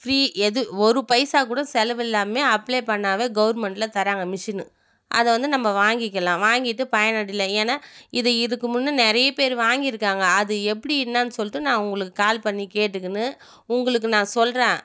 free எது ஒரு பைசாக் கூட செலவு இல்லாமையே அப்ளை பண்ணாவே கவுர்மெண்ட்டில் தராங்க மிஷினு அதை வந்து நம்ம வாங்கிக்கலாம் வாங்கிட்டு பயனடையலாம் ஏன்னால் இது இதுக்கு முன்னே நிறைய பேர் வாங்கியிருக்காங்க அது எப்படி என்னென்னு சொல்லிட்டு நான் அவங்களுக்கு கால் பண்ணி கேட்டுக்கின்னு உங்களுக்கு நான் சொல்கிறேன்